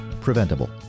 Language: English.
preventable